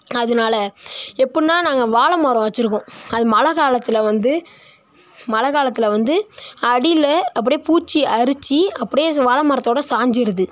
அதனால எப்பிடின்னா நாங்கள் வாழை மரம் வச்சிருக்கோம் அது மழை காலத்தில் வந்து மழை காலத்தில் வந்து அடியில் அப்புடி பூச்சி அரிச்சி அப்புடி ஸ் வாழைமரத்தோட சாஞ்சிடுது